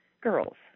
Girls